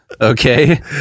Okay